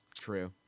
True